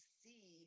see